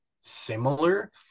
similar